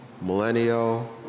millennial